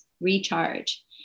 recharge